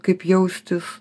kaip jaustis